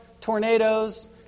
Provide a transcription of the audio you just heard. tornadoes